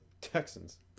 Texans